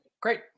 Great